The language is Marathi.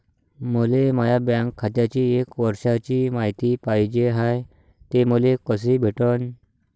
मले माया बँक खात्याची एक वर्षाची मायती पाहिजे हाय, ते मले कसी भेटनं?